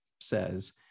says